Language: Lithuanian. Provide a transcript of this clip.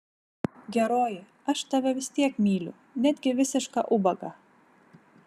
geroji aš tave vis tiek myliu netgi visišką ubagą